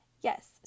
yes